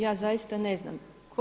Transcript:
Ja zaista ne znam.